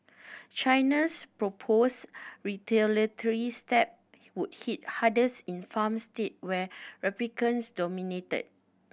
China's proposed retaliatory step would hit hardest in farm states where Republicans dominate